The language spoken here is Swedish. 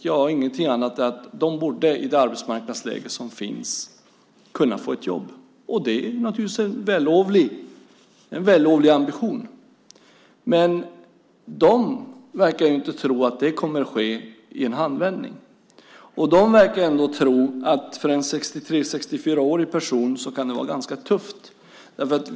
Ja, ingenting annat än att de i det arbetsmarknadsläge som finns borde kunna få ett jobb. Det är naturligtvis en vällovlig ambition. Men dessa människor verkar inte tro att det kommer att ske i en handvändning. De verkar ändå tro att det för en 63-64-årig person kan vara ganska tufft.